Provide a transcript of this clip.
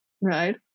right